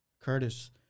Curtis